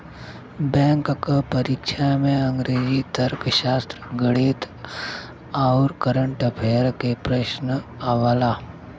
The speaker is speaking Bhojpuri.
बैंक क परीक्षा में अंग्रेजी, तर्कशास्त्र, गणित आउर कंरट अफेयर्स के प्रश्न आवला